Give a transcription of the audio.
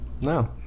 no